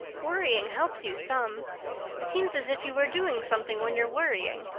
worrying helps you some it seems as if you were doing something when you're worrying.